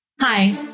Hi